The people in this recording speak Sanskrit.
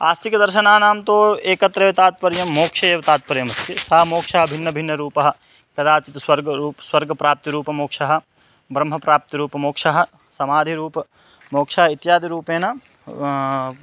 आस्तिकदर्शनानां तु एकत्रेव तात्पर्यं मोक्षे एव तात्पर्यमस्ति सा मोक्षः भिन्नभिन्नरूपः कदाचित् स्वर्गरूपः स्वर्गप्राप्तिरूपमोक्षः ब्रह्मप्राप्तिरूपमोक्षः समाधिरूपमोक्षः इत्यादिरूपेण